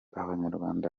abanyarwanda